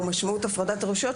או משמעות הפרדת רשויות,